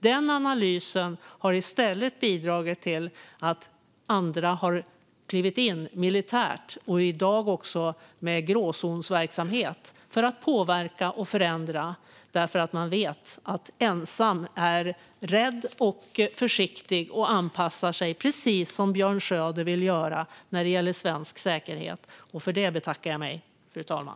Den analysen har i stället bidragit till att andra har klivit in militärt, i dag också med gråzonsverksamhet, för att påverka och förändra eftersom de vet att ensam är rädd och försiktig och anpassar sig - precis som Björn Söder vill göra när det gäller svensk säkerhet. För det betackar jag mig, fru talman.